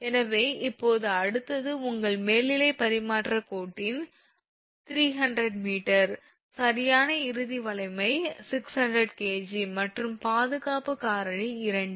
எனவே இப்போது அடுத்தது உங்கள் மேல்நிலைப் பரிமாற்றக் கோட்டின் 300 m சரியான இறுதி வலிமை 600 𝐾𝑔 மற்றும் பாதுகாப்பு காரணி 2